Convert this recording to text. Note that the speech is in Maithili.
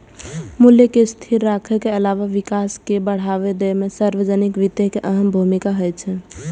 मूल्य कें स्थिर राखै के अलावा विकास कें बढ़ावा दै मे सार्वजनिक वित्त के अहम भूमिका होइ छै